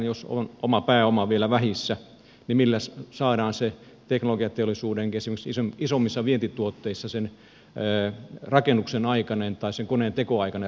jos on oma pääoma vielä vähissä niin millä saadaan teknologiateollisuudenkin esimerkiksi isommissa vientituotteissa se rakennuksen aikainen tai koneen teon aikainen rahoitus edes kuntoon